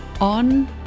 on